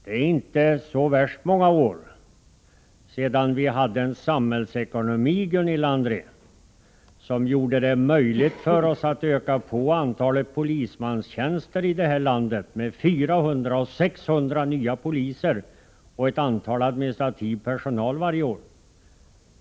Det är inte så värst många år sedan, Gunilla André, som vi hade en samhällsekonomi som gjorde det möjligt för oss att öka på antalet polismanstjänster i det här landet med 400-600, och att öka den administrativa personalen varje år.